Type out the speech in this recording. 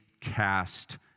cast